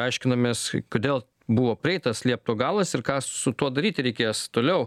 aiškinomės kodėl buvo prieitas liepto galas ir ką su tuo daryti reikės toliau